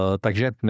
takže